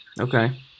Okay